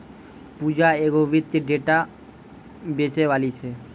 पूजा एगो वित्तीय डेटा बेचैबाली छै